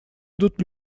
идут